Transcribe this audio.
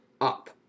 up